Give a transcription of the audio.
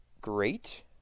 great